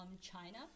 China